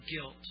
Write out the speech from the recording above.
guilt